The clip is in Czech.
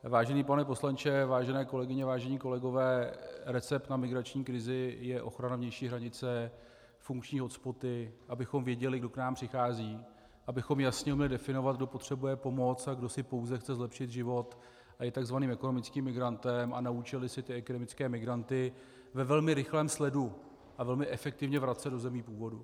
Vážený pane poslanče, vážené kolegyně, vážení kolegové, recept na migrační krizi je ochrana vnější hranice, funkční hotspoty, abychom věděli, kdo k nám přichází, abychom jasně mohli definovat, kdo potřebuje pomoct a kdo si pouze chce zlepšit život a je takzvaným ekonomickým migrantem, a naučili se ty ekonomické migranty ve velmi rychlém sledu a velmi efektivně vracet do zemí původu.